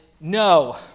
no